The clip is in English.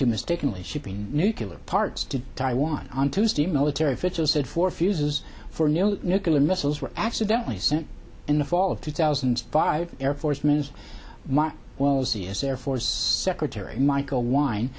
to mistakenly shipping nucular parts to taiwan on tuesday military officials said for fuses for new nuclear missiles were accidentally sent in the fall of two thousand and five air force marines might well z is air force secretary michael wine